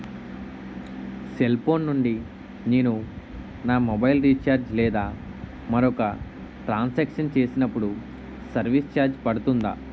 Cell phone నుండి నేను నా మొబైల్ రీఛార్జ్ లేదా మరొక ట్రాన్ సాంక్షన్ చేసినప్పుడు సర్విస్ ఛార్జ్ పడుతుందా?